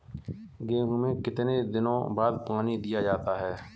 गेहूँ में कितने दिनों बाद पानी दिया जाता है?